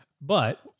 But-